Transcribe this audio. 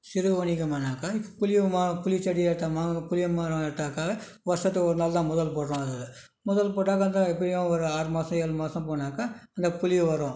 சிறு வணிகமுனாக்கா புளிமா புளி செடியை எடுத்தோமா புளியமரம் எடுத்தாக்கா வருஷத்துக்கு ஒருநாள் தான் முதல் போடுறோம் அதில் முதல் போட்டாக்கா எப்படியும் ஒரு ஆறு மாதம் ஏழு மாதம் போனாக்கா அந்த புளி வரும்